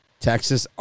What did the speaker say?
Texas